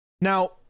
Now